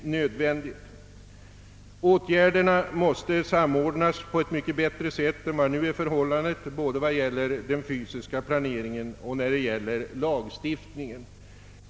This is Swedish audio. Åtgärderna måste samordnas på ett mycket bättre sätt än nu, vad gäller både den fysiska planeringen och lagstiftningen.